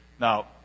Now